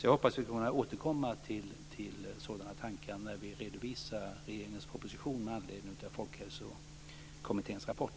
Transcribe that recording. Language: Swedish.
Jag hoppas att vi kommer att återkomma till sådana tankar när vi redovisar regeringens proposition med anledning av Folkhälsokommitténs rapport.